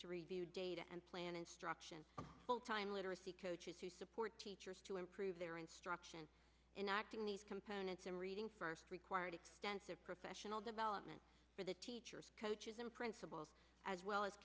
to review data and plan instruction full time literacy coaches to support teachers to improve their instruction in acting these components in reading first required extensive professional development for the teachers coaches and principals as well as